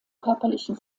körperlichen